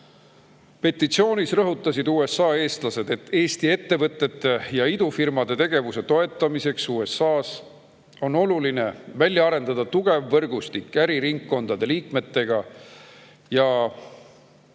Senatis. Petitsioonis rõhutasid USA eestlased, et Eesti ettevõtete ja idufirmade tegevuse toetamiseks USA‑s on oluline välja arendada tugev võrgustik äriringkondade liikmetega ja